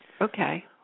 Okay